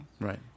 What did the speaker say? Right